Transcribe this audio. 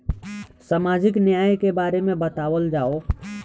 सामाजिक न्याय के बारे में बतावल जाव?